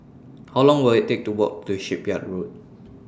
How Long Will IT Take to Walk to Shipyard Road